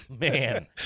Man